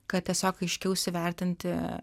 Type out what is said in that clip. kad tiesiog aiškiau įsivertinti